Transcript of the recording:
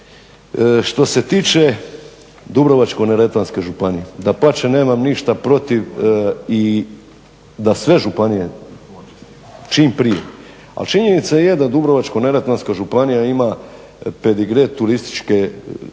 Što se tiče Dubrovačko-neretvanske županije, dapače nemam ništa protiv i da sve županije čim prije. Ali činjenica je da Dubrovačko-neretvanska županija ima pedigre turističke županije,